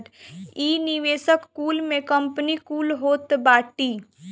इ निवेशक कुल में कंपनी कुल होत बाटी